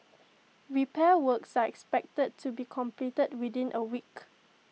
repair works are expected to be completed within A week